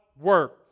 work